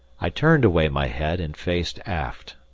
i turned away my head and faced aft,